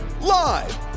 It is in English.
Live